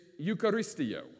eucharistio